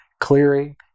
clearing